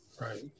right